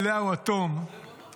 --- הצעה של עמיחי אליהו.